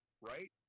right